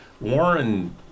Warren